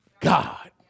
God